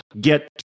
get